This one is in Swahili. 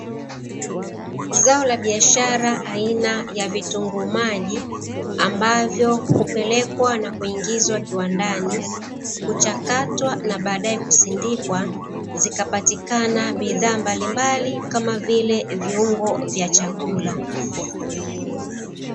Zao la biashara aina ya vitunguu maji ambavyo hupelekwa na kuingizwa kiwandani kuchakatwa, na baadae kusindikwa zikapatikana bidhaa mbalimbali, kama vile viungo vya chakula.